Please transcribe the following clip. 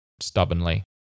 stubbornly